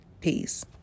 Peace